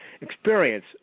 experience